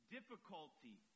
Difficulty